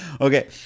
okay